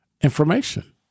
information